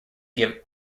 give